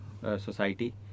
society